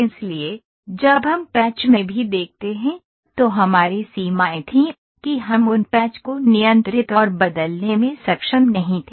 इसलिए जब हम पैच में भी देखते हैं तो हमारी सीमाएं थीं कि हम उन पैच को नियंत्रित और बदलने में सक्षम नहीं थे